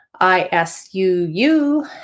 I-S-U-U